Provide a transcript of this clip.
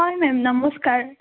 হয় মেম নমস্কাৰ